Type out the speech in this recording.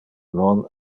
non